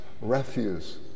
refuse